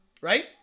right